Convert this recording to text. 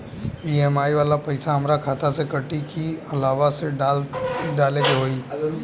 EMI वाला पैसा हाम्रा खाता से कटी की अलावा से डाले के होई?